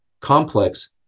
complex